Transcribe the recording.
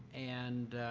and